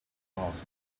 masks